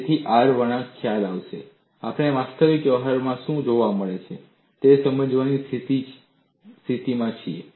તેથી R વળાંક ખ્યાલ સાથે આપણે વાસ્તવિક વ્યવહારમાં શું જોવા મળે છે તે સમજાવવાની સ્થિતિમાં છીએ